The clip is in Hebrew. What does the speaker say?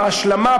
בהשלמה,